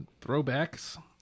throwbacks